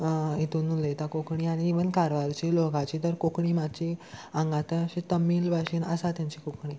हितून उलयता कोंकणी आनी इवन कारवारची लोकाची तर कोंकणी मातशी हांगां थंय अशें तमील भाशेन आसा तेंची कोंकणी